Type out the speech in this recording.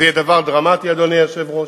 זה יהיה דבר דרמטי, אדוני היושב-ראש.